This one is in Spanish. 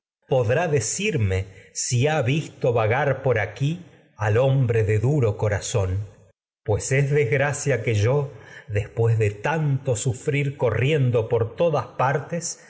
podrá decirme si ha visto de duro aquí al yo hombre corazón pues es desgracia todas el que después de tanto sufrir corriendo por partes